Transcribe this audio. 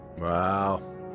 Wow